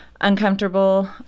Uncomfortable